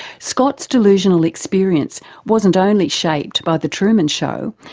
scott's delusional experience wasn't only shaped by the truman show,